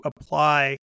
apply